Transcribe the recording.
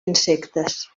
insectes